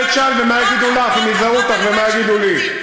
נעבור לשאילתה, חברת הכנסת סבטלובה.